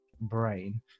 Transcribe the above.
brain